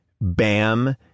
Bam